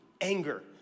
anger